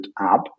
app